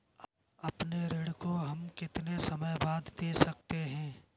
अपने ऋण को हम कितने समय बाद दे सकते हैं?